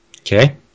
Okay